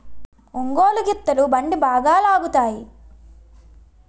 ఒంగోలు గిత్తలు బండి బాగా లాగుతాయి